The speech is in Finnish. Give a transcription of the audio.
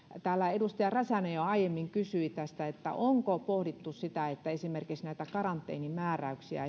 täällä edustaja räsänen jo aiemmin kysyi tästä onko pohdittu sitä että esimerkiksi näitä karanteenimääräyksiä